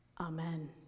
Amen